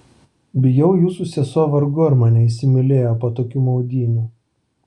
bijau jūsų sesuo vargu ar mane įsimylėjo po tokių maudynių